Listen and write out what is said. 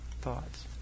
thoughts